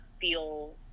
feel